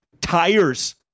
Tires